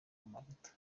amavuta